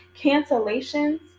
cancellations